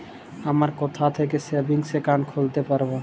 আমি কোথায় থেকে সেভিংস একাউন্ট খুলতে পারবো?